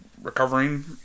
Recovering